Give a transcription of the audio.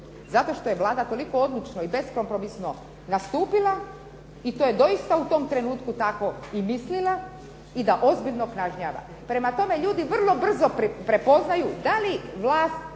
Zato što je Vlada toliko odlučno i beskompromisno nastupila i to je doista u tom trenutku tako i mislila i da ozbiljno kažnjava. Prema tome, ljudi vrlo brzo prepoznaju da li vlast